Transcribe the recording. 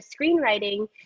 screenwriting